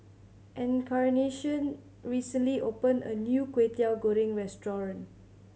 Encarnacion recently opened a new Kwetiau Goreng restaurant